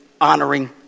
honoring